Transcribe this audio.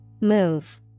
Move